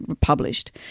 published